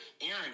Aaron